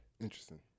Interesting